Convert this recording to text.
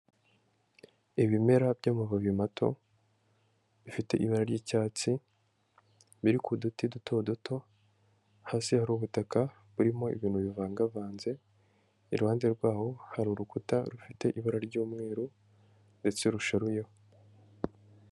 Ibimera by'amababi mato bifite ibara ry'icyatsi biri ku duti duto duto, hasi hari ubutaka burimo ibintu bivangavanze, iruhande rwaho hari urukuta rufite ibara ry'umweru ndetse rusharuyeho.